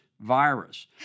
virus